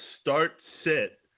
Start-Sit